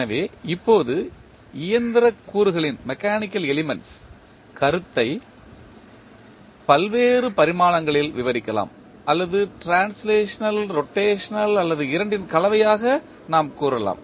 எனவே இப்போது இயந்திரக் கூறுகளின் கருத்தை பல்வேறு பரிமாணங்களில் விவரிக்கலாம் அல்லது டிரான்ஸ்லேஷனல் ரொட்டேஷனல் அல்லது இரண்டின் கலவையாக நாம் கூறலாம்